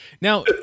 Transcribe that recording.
Now